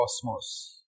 cosmos